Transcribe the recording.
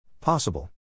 Possible